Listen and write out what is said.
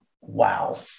Wow